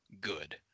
good